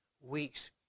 weeks